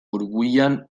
burbuilan